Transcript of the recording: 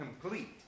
complete